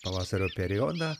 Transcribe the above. pavasario periodą